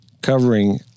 covering